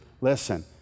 listen